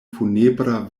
funebra